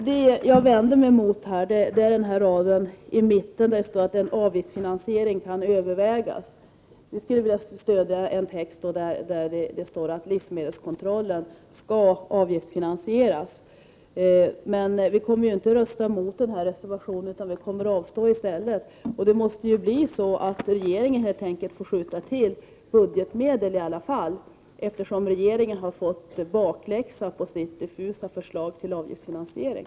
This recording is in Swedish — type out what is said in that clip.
Herr talman! Vad jag vänder mig mot är den rad i mitten av motion 56 där det står att en avgiftsfinansiering kan övervägas. Vi skulle helst stödja en text som säger att livsmedelskontrollen skall avgiftsfinansieras. Vi kommer emellertid inte att rösta emot den här reservationen, utan vi kommer vid voteringen att avstå. Det måste helt enkelt bli så att regeringen i alla fall får skjuta till budgetmedel, eftersom regeringen fått bakläxa på sitt diffusa förslag om avgiftsfinansiering.